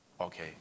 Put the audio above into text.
okay